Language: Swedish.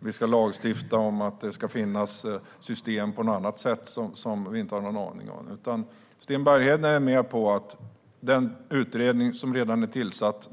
vi ska lagstifta om att det ska finnas system på något annat sätt som vi inte har någon aning om. Sten Bergheden är bara för att vi tillsatte den utredning som redan är tillsatt.